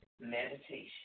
meditation